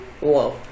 Whoa